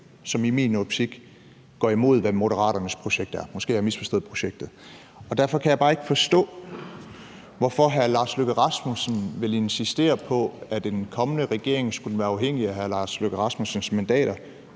som i min optik går imod, hvad Moderaternes projekt er – måske har jeg misforstået projektet. Derfor kan jeg bare ikke forstå, hvorfor hr. Lars Løkke Rasmussen vil insistere på, at en kommende regering, hvis den bliver afhængig af hr. Lars Løkke Rasmussens mandater,